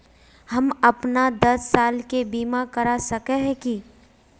हम अपन दस साल के बीमा करा सके है की?